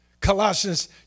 Colossians